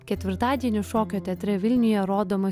ketvirtadienį šokio teatre vilniuje rodoma